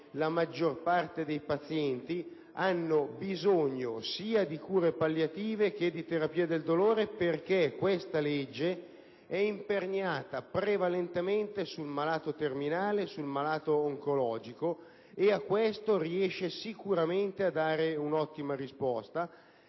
andare incontro ha bisogno sia di cure palliative che di terapia del dolore: questa legge è imperniata infatti prevalentemente sul malato terminale, sul malato oncologico, e a questo riesce sicuramente a dare un'ottima risposta.